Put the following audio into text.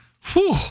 Whew